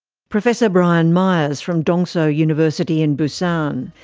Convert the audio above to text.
professor brian myers from dongseo university in busan.